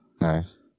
Nice